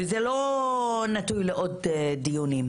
וזה לא נתון לעוד דיונים,